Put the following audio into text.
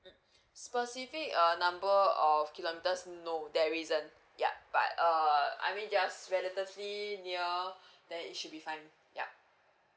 mm specific err number of kilometres no there isn't yup but err I mean just relatively near then it should be fine yup